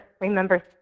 remember